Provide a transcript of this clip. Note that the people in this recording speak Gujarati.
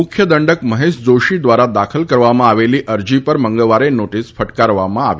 મુખ્ય દંડક મહેશ જોશી દ્વારા દાખલ કરવામાં આવેલી અરજી પર પક્ષે મંગળવારે નોટિસ ફટકારી હતી